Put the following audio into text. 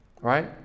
right